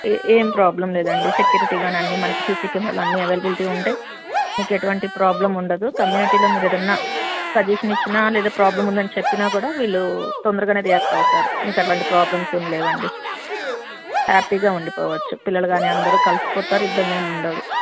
ఏం ప్రాబ్లెమ్ లేదండి సెక్యూరిటీగానే అన్ని మనకి సిసి కెమేరాలు అన్నీ అవైలబిలిటీ ఉంటాయి మీకు ఎటువంటి ప్రాబ్లెమ్ ఉండదు కమ్యూనిటీలో మీరు ఏదైనా సజెషన్ ఇచ్చినా లేదా ప్రాబ్లెమ్ ఉందని చెప్పినా కూడా వీళ్ళు తొందరగానే రియాక్ట్ అవుతారు మీకు అలాంటి ప్రాబ్లమ్స్ ఏం లేవండి హ్యాపీగా ఉండిపోవచ్చు పిల్లలు కానీ అందరూ కలిసిపోతారు ఇబ్బంది ఏం ఉండదు